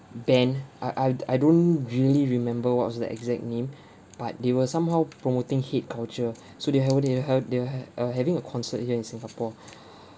band I I I don't really remember what's the exact name but they were somehow promoting hate culture so they hold they have they had uh having a concert here in singapore